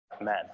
man